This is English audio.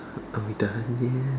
are we done yet